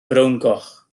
frowngoch